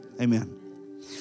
Amen